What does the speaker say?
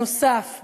הנוסף,